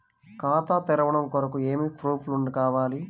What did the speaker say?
ఖాతా తెరవడం కొరకు ఏమి ప్రూఫ్లు కావాలి?